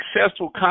successful